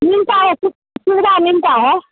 मिलता है सुख सुविधा मिलता है